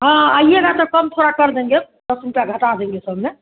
हँ आइए न त कम थोड़ा कर देंगे दस रुपया घटा देंगे सब में